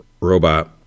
robot